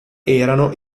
erano